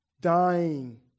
dying